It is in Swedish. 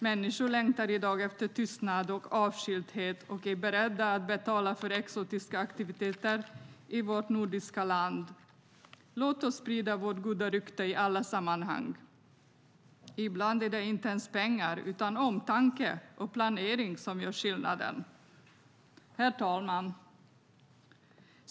Människor längtar i dag efter tystnad och avskildhet och är beredda att betala för exotiska aktiviteter i vårt nordiska land. Låt oss sprida vårt goda rykte i alla sammanhang. Ibland är det inte ens pengar utan omtanke och planering som gör skillnaden. Herr talman!